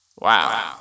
Wow